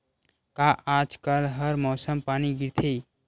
का आज कल हर मौसम पानी गिरथे?